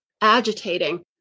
agitating